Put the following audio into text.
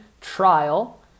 trial